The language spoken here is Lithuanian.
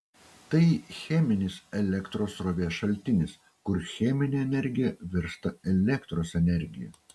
tai cheminis elektros srovės šaltinis kur cheminė energija virsta elektros energija